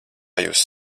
jūs